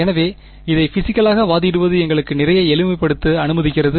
எனவே இதை பிசிகளாக வாதிடுவது எங்களுக்கு நிறைய எளிமைப்படுத்த அனுமதிக்கிறது